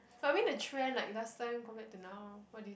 probably the trend like last time go back to now what do you